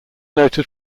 noted